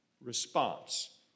response